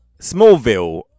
Smallville